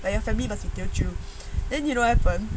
like they have family based in teochew then you know what happen